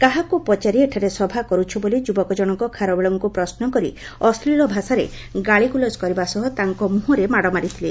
କାହାକୁ ପଚାରି ଏଠାରେ ସଭା କରୁଛ ବୋଲି ଯୁବକଜଶକ ଖାରବେଳଙ୍କୁ ପ୍ରଶ୍ନ କରି ଅଶ୍ଳୀଳ ଭାଷାରେ ଗାଳିଗୁଲଜ କରିବା ସହ ତାଙ୍କ ମୁହଁରେ ମାଡ଼ ମାରିଥିଲେ